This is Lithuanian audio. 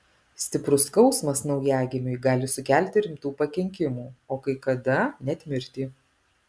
stiprus skausmas naujagimiui gali sukelti rimtų pakenkimų o kai kada net mirtį